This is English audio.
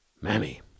Mammy